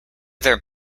there